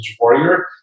Warrior